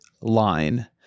line